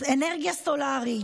אנרגיה סולרית,